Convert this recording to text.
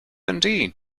indeed